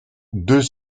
deux